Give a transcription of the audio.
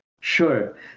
Sure